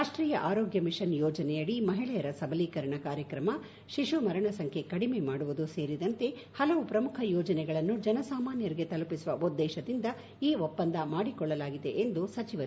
ರಾಷ್ಟೀಯ ಆರೋಗ್ಯ ಮಿಷನ್ ಯೋಜನೆಯಡಿ ಮಹಿಳೆಯರ ಸಬಲೀಕರಣ ಕಾರ್ಯಕ್ರಮ ಶಿಶು ಮರಣ ಸಂಖ್ಯೆ ಕಡಿಮೆ ಮಾಡುವುದು ಸೇರಿದಂತೆ ಹಲವು ಪ್ರಮುಖ ಯೋಜನೆಗಳನ್ನು ಜನಸಾಮಾನ್ಯರಿಗೆ ತೆಲುಪಿಸುವ ಉದ್ದೇಶದಿಂದ ಈ ಒಪ್ಪಂದ ಮಾಡಿಕೊಳ್ಳಲಾಗಿದೆ ಎಂದರು